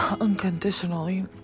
Unconditionally